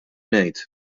ngħid